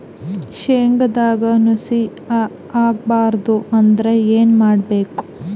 ಶೇಂಗದಾಗ ನುಸಿ ಆಗಬಾರದು ಅಂದ್ರ ಏನು ಮಾಡಬೇಕು?